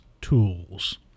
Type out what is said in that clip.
tools